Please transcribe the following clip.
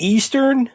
Eastern